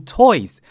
Toys